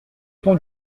ton